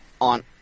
on